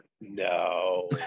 No